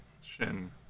Shin